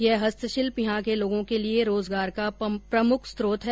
यह हस्तशिल्प यहां के लोगों के लिए रोजगार का प्रमुख स्त्रोत है